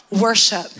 worship